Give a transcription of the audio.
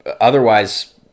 otherwise